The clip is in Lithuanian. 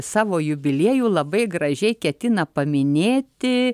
savo jubiliejų labai gražiai ketina paminėti